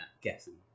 guessing